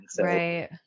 Right